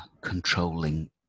controlling